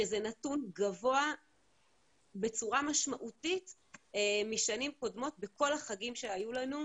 שזה נתון גבוה בצורה משמעותית משנים קודמות בכל החגים שהיו לנו.